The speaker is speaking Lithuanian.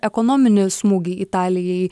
ekonominį smūgį italijai